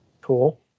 cool